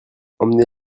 emmenez